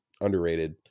underrated